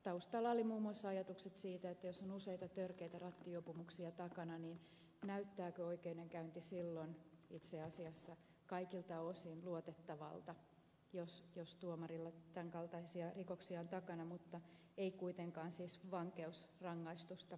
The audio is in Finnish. taustalla oli muun muassa ajatukset siitä että jos on useita törkeitä rattijuopumuksia takana niin näyttääkö oikeudenkäynti silloin itse asiassa kaikilta osin luotettavalta jos tuomarilla tämänkaltaisia rikoksia on takana mutta ei kuitenkaan siis vankeusrangaistusta